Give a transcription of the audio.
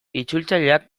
itzultzaileak